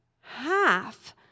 half